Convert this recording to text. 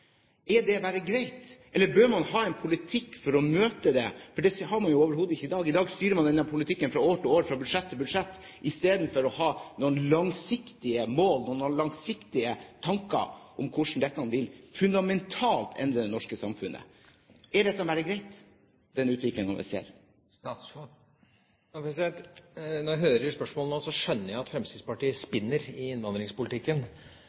Er det bare greit, eller bør man ha en politikk for å møte dette? – for det har man overhodet ikke i dag. I dag styrer man denne politikken fra år til år og fra budsjett til budsjett, i stedet for å ha noen langsiktige mål og noen langsiktige tanker om dette som fundamentalt vil endre det norske samfunnet. Er dette bare greit, den utviklingen vi ser? Når jeg hører spørsmålet, skjønner jeg at Fremskrittspartiet